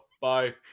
Bye